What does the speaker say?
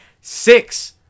Six